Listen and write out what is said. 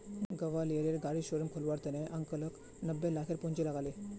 ग्वालियरेर गाड़ी शोरूम खोलवार त न अंकलक नब्बे लाखेर पूंजी लाग ले